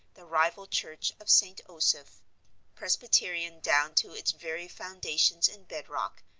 the rival church of st. osoph presbyterian down to its very foundations in bed-rock,